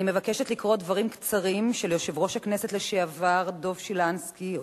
אני מבקשת לקרוא דברים קצרים של יושב-ראש הכנסת לשעבר דב שילנסקי,